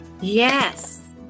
Yes